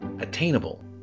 attainable